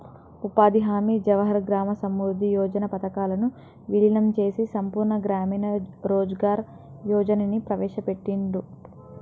ఉపాధి హామీ, జవహర్ గ్రామ సమృద్ధి యోజన పథకాలను వీలీనం చేసి సంపూర్ణ గ్రామీణ రోజ్గార్ యోజనని ప్రవేశపెట్టిర్రు